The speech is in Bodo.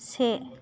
से